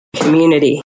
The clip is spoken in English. community